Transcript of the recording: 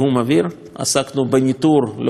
עסקנו בניטור לאורך כל האירוע.